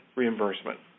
reimbursement